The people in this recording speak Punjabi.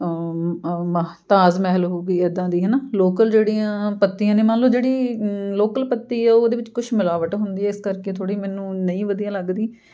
ਮ ਤਾਜ ਮਹਿਲ ਹੋ ਗਈ ਇੱਦਾਂ ਦੀ ਹੈ ਨਾ ਲੋਕਲ ਜਿਹੜੀਆਂ ਪੱਤੀਆਂ ਨੇ ਮੰਨ ਲਉ ਜਿਹੜੀ ਲੋਕਲ ਪੱਤੀ ਆ ਉਹਦੇ ਵਿੱਚ ਕੁਛ ਮਿਲਾਵਟ ਹੁੰਦੀ ਆ ਇਸ ਕਰਕੇ ਥੋੜ੍ਹੀ ਮੈਨੂੰ ਨਹੀਂ ਵਧੀਆ ਲੱਗਦੀ